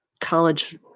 college